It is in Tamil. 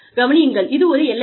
கவனியுங்கள் இது ஒரு எல்லையாகும்